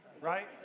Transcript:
right